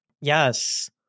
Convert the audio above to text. yes